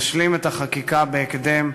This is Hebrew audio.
תשלים את החקיקה בהקדם,